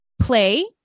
play